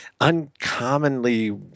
uncommonly